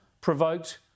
provoked